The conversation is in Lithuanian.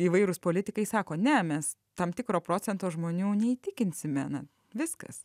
įvairūs politikai sako ne mes tam tikro procento žmonių neįtikinsime na viskas